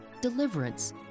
deliverance